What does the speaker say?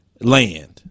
land